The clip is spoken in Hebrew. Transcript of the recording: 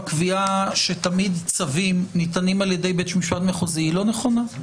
הקביעה שתמיד צווים ניתנים על ידי בית משפט מחוזי אינה נכונה.